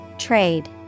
Trade